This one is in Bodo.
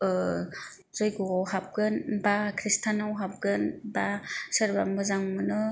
जय्ग आव हाबगोन एबा खृष्टियानाव हाबगोन एबा सोरबा मोजां मोनो